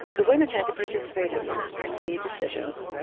the women had to participate in the in the decisions.